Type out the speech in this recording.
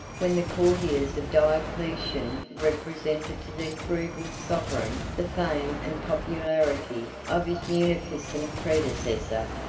when the courtiers of diocletian represented to their frugal sovereign the fame and popularity of his munificent predecessor,